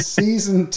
season